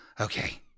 Okay